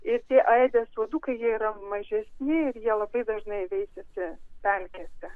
ir tie aedes uodukai jie yra mažesni ir jie labai dažnai veisiasi pelkėse